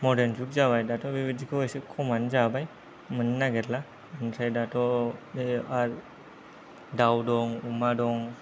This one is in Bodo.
मडार्न जुग जाबाय दाथ' बेबायदिखौ एसे खमानो जाबाय मोननो नागिरला ओमफ्राय दाथ' बे दाउ दं अमा दं